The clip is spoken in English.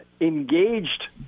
engaged